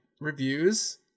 reviews